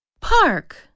Park